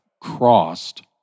crossed